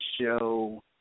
show